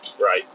right